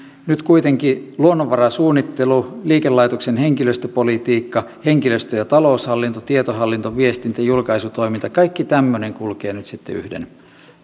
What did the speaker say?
nyt kuitenkin luonnonvarasuunnittelu liikelaitoksen henkilöstöpolitiikka henkilöstö ja taloushallinto tietohallinto viestintä julkaisutoiminta kaikki tämmöinen kulkee sitten yhden